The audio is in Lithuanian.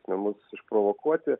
na mus išprovokuoti